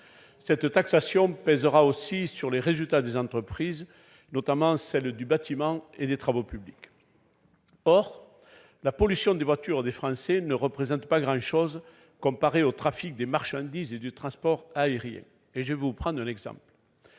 cette taxation pèsera aussi sur les résultats des entreprises, notamment celles du bâtiment et des travaux publics. Or la pollution qu'émettent les voitures des Français ne représente pas grand-chose, si on la compare au trafic des marchandises et du transport aérien. Ainsi, le plus gros porte-conteneurs